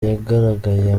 yagaragaye